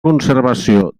conservació